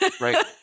Right